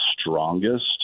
strongest